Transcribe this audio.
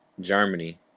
Germany